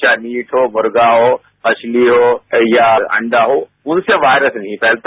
चाहे मीट हो मुर्गा हो मछली हो या अंडा हो उनसे वायरस नहीं फैलता